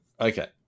okay